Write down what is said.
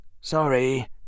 sorry